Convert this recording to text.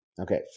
Okay